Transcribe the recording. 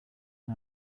and